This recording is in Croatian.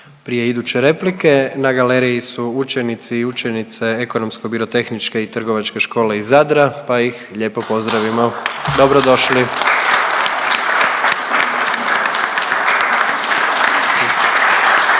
Prije iduće replike na galeriji su učenici i učenice Ekonomsko-birotehničke i trgovačke škole iz Zadra pa ih lijepo pozdravimo. Dobrodošli.